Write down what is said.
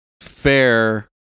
fair